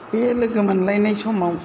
बे लोगो मोनलायनाय समाव